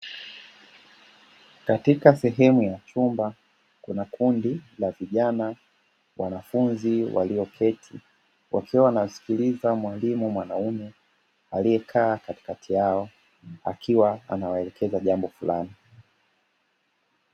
Katika sehemu ya chumba, kuna kundi la vijana wanafunzi walioketi wakiwa wanamsikiliza mwalimu mwanamume aliyekaa katikati yao akiwa anawaelekeza jambo fulani.